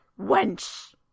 wench